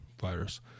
virus